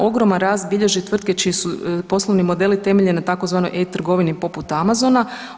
Ogroman rast bilježe tvrtke čiji se poslovni modeli temelje na tzv. e-trgovini poput Amazona.